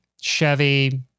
Chevy